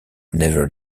never